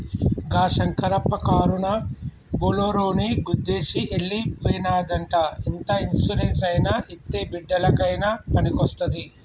గా శంకరప్ప కారునా బోలోరోని గుద్దేసి ఎల్లి పోనాదంట ఇంత ఇన్సూరెన్స్ అయినా ఇత్తే బిడ్డలకయినా పనికొస్తాది